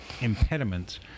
impediments